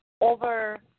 over